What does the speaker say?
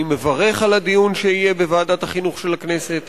אני מברך על הדיון שיהיה בוועדת החינוך של הכנסת.